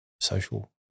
social